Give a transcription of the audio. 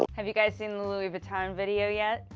um have you guys seen the louis vuitton video yet?